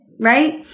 right